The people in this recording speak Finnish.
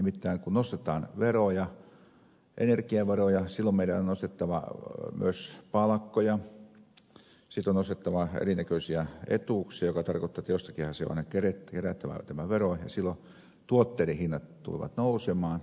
nimittäin kun nostetaan veroja energiaveroja silloin meidän on nostettava myös palkkoja sitten on nostettava eri näköisiä etuuksia mikä tarkoittaa että jostakinhan se on aina kerättävä tämä vero ja silloin tuotteiden hinnat tulevat nousemaan